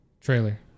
Trailer